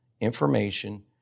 information